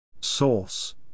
Source